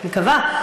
מקווה.